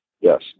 Yes